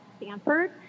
Stanford